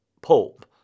pulp